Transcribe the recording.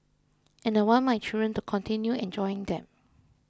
and I want my children to continue enjoying them